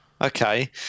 Okay